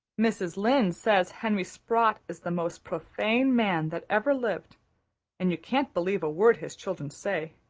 mrs. lynde says henry sprott is the most profane man that ever lived and you can't believe a word his children say.